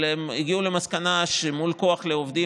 הם הגיעו למסקנה שמול כוח לעובדים,